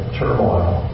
turmoil